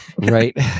Right